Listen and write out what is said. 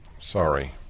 Sorry